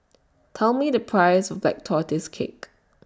Tell Me The Price of Black Tortoise Cake